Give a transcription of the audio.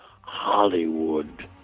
Hollywood